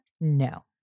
no